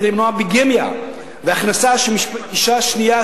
כדי למנוע ביגמיה והכנסה של אשה שנייה,